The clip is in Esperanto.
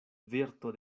virto